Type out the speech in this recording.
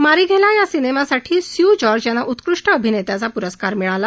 Marighella या चित्रपटासाठी Seu Jorge यांना उत्कृष्ट अभिनेत्याचा प्रस्कार मिळाला